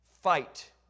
Fight